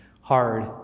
hard